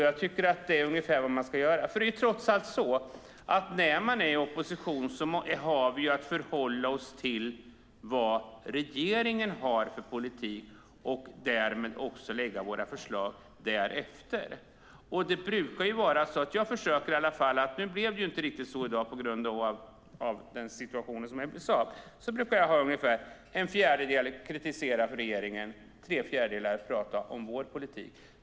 Jag tycker att det är ungefär vad man ska göra. När man är i opposition har man trots allt att förhålla sig till vad regeringen har för politik och därmed också lägga våra förslag därefter. Nu blev det inte riktigt så i dag på grund av situationen med Saab, men jag brukar ägna ungefär en fjärdedel av anförandet åt att kritisera regeringen och tre fjärdedelar åt att tala om vår politik.